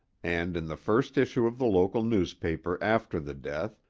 and, in the first issue of the local newspaper after the death,